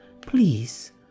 Please